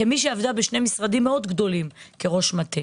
כמי שעבדה בשני משרדים גדולים מאוד כראש מטה